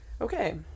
Okay